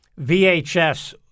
VHS